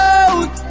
out